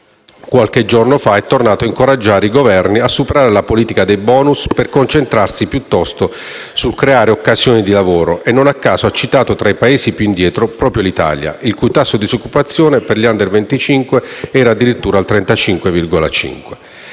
qualche giorno fa è tornato a incoraggiare i Governi a superare la politica dei *bonus* per concentrarsi piuttosto sul creare occasioni di lavoro, e non a caso ha citato tra i Paesi più indietro proprio l'Italia, il cui tasso di disoccupazione per gli *under* 25 a luglio era addirittura al 35,5